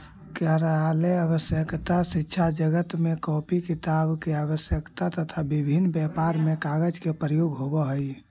कार्यालयीय आवश्यकता, शिक्षाजगत में कॉपी किताब के आवश्यकता, तथा विभिन्न व्यापार में कागज के प्रयोग होवऽ हई